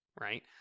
right